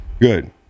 good